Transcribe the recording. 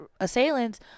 assailants